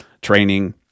training